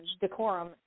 decorum